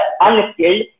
unskilled